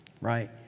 Right